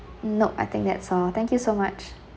nope I think that's all thank you so much